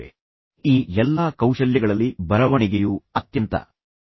ಆದ್ದರಿಂದ ಈ ಎಲ್ಲಾ ಕೌಶಲ್ಯಗಳಲ್ಲಿ ಬರವಣಿಗೆಯು ಅತ್ಯಂತ ಪ್ರಭಾವಶಾಲಿಯಾಗಿದೆ ಎಂದು ನಿಮಗೆ ತಿಳಿದಿದೆ